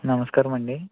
నమస్కారమండి